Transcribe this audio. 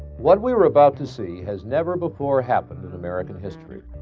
what we are about to see has never before happened in american history